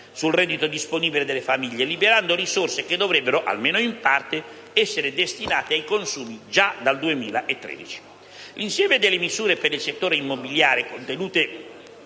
sul reddito disponibile delle famiglie, liberando risorse che dovrebbero, almeno in parte, essere destinate ai consumi già dal 2013. L'insieme delle misure per il settore immobiliare contenute